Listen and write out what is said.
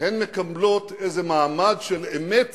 הן מקבלות איזה מעמד של אמת